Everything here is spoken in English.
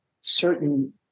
certain